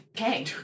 Okay